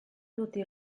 tutte